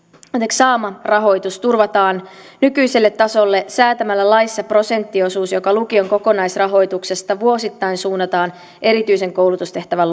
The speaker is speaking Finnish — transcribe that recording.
saama rahoitus turvataan nykyiselle tasolle säätämällä laissa prosenttiosuus joka lukion kokonaisrahoituksesta vuosittain suunnataan erityisen koulutustehtävän